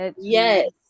Yes